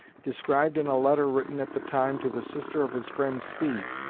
described in a letter written at the time to the sister of his friend speed,